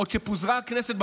עוד כשפוזרה הכנסת,